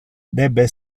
debe